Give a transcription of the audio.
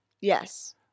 Yes